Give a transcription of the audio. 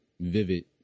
vivid